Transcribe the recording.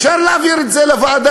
אפשר להעביר את זה לוועדה.